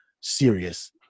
serious